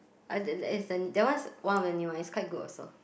uh the the that one is one of the new ones it's quite good also